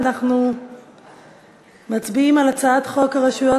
ואנחנו מצביעים על הצעת חוק הרשויות